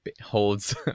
holds